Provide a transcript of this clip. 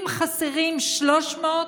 אם חסרים 300,